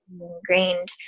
ingrained